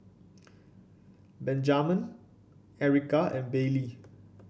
Benjaman Ericka and Bailey